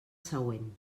següent